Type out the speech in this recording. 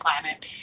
planet –